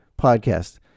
podcast